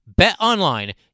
BetOnline